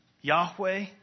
Yahweh